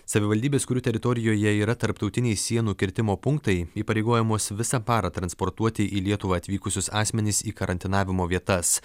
savivaldybės kurių teritorijoje yra tarptautiniai sienų kirtimo punktai įpareigojamos visą parą transportuoti į lietuvą atvykusius asmenis į karantinavimo vietas